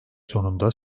sonunda